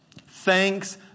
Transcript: Thanks